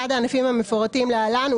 אחד הענפים המפורטים להלן,